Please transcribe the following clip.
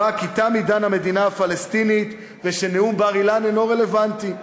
כי תם עידן המדינה הפלסטינית ושנאום בר-אילן אינו רלוונטי.